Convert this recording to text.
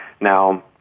Now